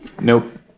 Nope